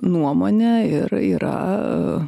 nuomonę ir yra